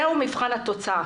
זה מבחן התוצאה.